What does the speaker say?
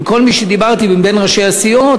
כל מי שדיברתי אתו מבין ראשי הסיעות,